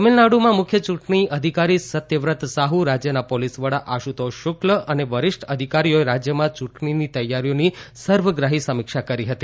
તમિલનાડુમાં મુખ્ય ચૂંટણી અધિકારી સત્યવ્રત સાહુ રાજ્યના પોલીસ વડા આશુતોષ શુકલ અને વરિષ્ઠ અધિકારીઓએ રાજ્યમાં યૂંટણીની તૈયારીઓની સર્વગ્રાહી સમીક્ષા કરી હતી